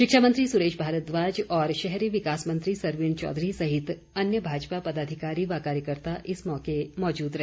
शिक्षामंत्री सुरेश भारद्वाज और शहरी विकास मंत्री सरवीण चौधरी सहित अन्य भाजपा पदाधिकारी व कार्यकर्ता इस मौके मौजूद रहे